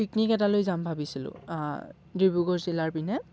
picnic এটালৈ যাম ভাবিছিলোঁ ডিব্ৰুগড় জিলাৰ পিনে